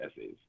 essays